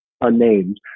unnamed